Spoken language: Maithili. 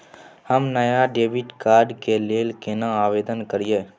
हम नया डेबिट कार्ड के लेल केना आवेदन करियै?